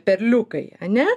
perliukai ane